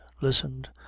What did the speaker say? listened